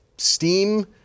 Steam